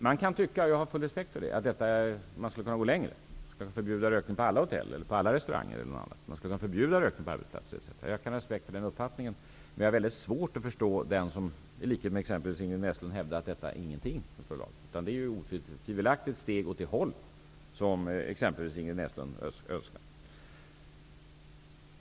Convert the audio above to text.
En del kan tycka, och jag har full respekt för den åsikten, att man skulle kunna gå längre och förbjuda rökning på alla hotell och restauranger, på arbetsplatser osv. Jag kan alltså ha respekt för den uppfattningen. Däremot har jag väldigt svårt att förstå den som i likhet med Ingrid Näslund hävdar att detta är lika med noll och ingenting. Otvivelaktigt innebär föreslagna åtgärder i stället ett steg åt det håll som exempelvis Ingrid Näslund önskar.